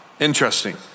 Interesting